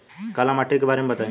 काला माटी के बारे में बताई?